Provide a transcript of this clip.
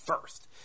first